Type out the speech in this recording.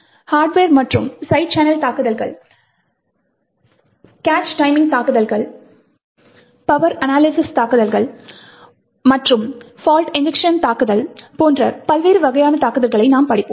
hardware மற்றும் side channel தாக்குதல்கள் களுக்கு கேச் டைமிங் தாக்குதல்கள் பவர் அனலிசிஸ் அட்டாக் மற்றும் பால்ட் இன்ஜெக்ஷன் அட்டாக் போன்ற பல்வேறு வகையான தாக்குதல்களை நாம் படிப்போம்